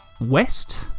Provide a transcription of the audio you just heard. west